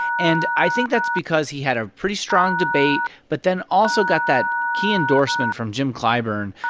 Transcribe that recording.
and i think that's because he had a pretty strong debate but then also got that key endorsement from jim clyburn,